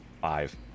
Five